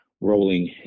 rolling